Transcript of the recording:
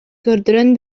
көрдөрөн